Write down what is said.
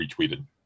retweeted